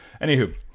anywho